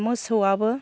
मोसौवाबो